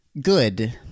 Good